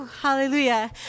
Hallelujah